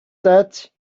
that